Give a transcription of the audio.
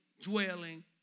dwelling